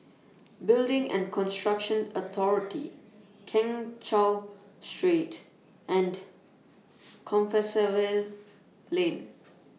Building and Construction Authority Keng Cheow Street and Compassvale Lane